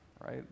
right